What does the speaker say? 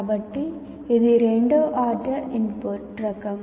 కాబట్టి ఇది "రెండవ ఆర్డర్ ఇన్పుట్" రకం